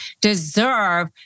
deserve